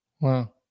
wow